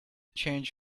change